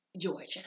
Georgia